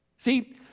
See